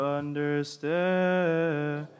understand